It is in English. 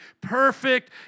Perfect